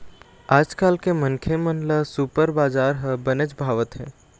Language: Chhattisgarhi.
आजकाल के मनखे मन ल सुपर बजार ह बनेच भावत हे